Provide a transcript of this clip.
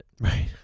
Right